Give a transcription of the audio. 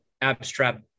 abstract